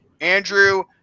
Andrew